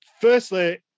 firstly